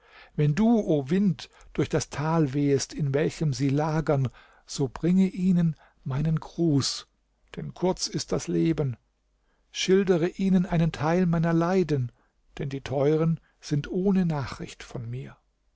wenn du o wind durch das tal wehest in welchem sie lagern so bringe ihnen meinen gruß denn kurz ist das leben schildere ihnen einen teil meiner leiden denn die teuren sind ohne nachricht von mir